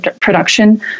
production